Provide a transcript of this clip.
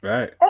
Right